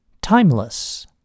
timeless